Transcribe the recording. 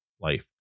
life